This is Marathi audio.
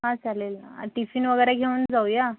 हां चालेल ना टिफीन वगैरे घेऊन जाऊ या